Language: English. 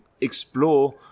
explore